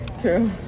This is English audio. True